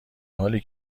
حالی